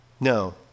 No